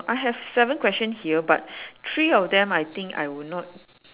I have seven questions here but three of them I think I will not